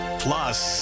plus